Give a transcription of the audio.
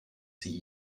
sie